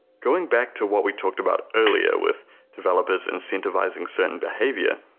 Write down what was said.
going back to what we talked about earlier with developers incentivising certain behavior,